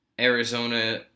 Arizona